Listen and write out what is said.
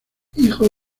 hijo